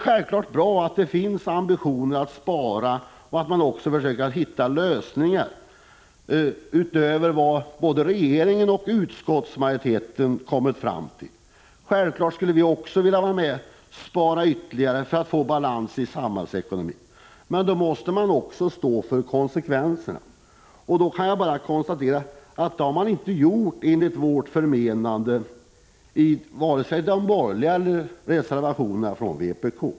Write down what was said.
Självfallet är det bra att det finns ambitioner att spara och att man försöker hitta lösningar utöver dem som regeringen och utskottsmajoriteten kommit fram till. Också vi skulle givetvis vilja spara ytterligare för att få balans i samhällsekonomin, men då måste man också ta konsekvenserna. Jag kan bara konstatera att varken de borgerliga eller vpk enligt vårt förmenande har gjort det i sina reservationer.